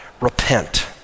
repent